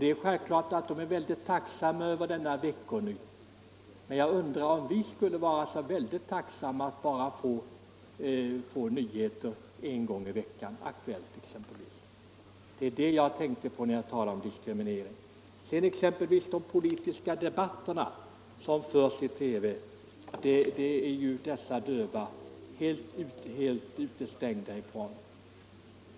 De är självklart tacksamma över Aktuellt i veckan, men jag undrar om vi andra skulle vara så tacksamma att bara få nyheter en gång i veckan, exempelvis Aktuellt. De politiska debatterna och övriga debatter som förs i TV är ju de döva helt utestängda ifrån.